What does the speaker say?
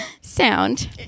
sound